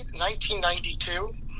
1992